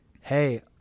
hey